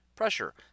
Pressure